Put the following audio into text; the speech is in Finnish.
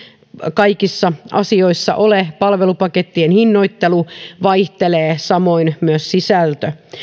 kaikissa asioissa ole palvelupakettien hinnoittelu vaihtelee samoin myös sisältö